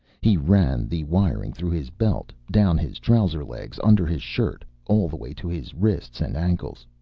he ran the wiring through his belt, down his trouser legs, under his shirt, all the way to his wrists and ankles.